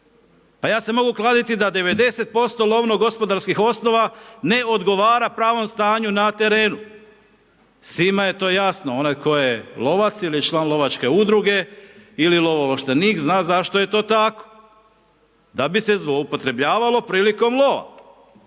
Pa ja se mogu kladiti da 90% lovno gospodarskih osnova, ne odgovara pravom stanju na terenu. Svima je to jasno, onaj 'ko je lovac ili član lovačke udruge ili lovo ovlaštenik, zna zašto je to tako. Da bi se zloupotrebljavalo prilikom lova.